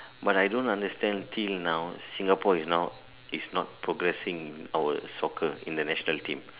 but I don't understand till now Singapore is now is not progressing our soccer in the national team